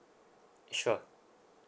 sure